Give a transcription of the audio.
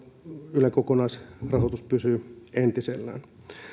ylen kokonaisrahoitus pysyy entisellään